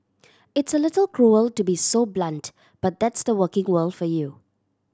it's a little cruel to be so blunt but that's the working world for you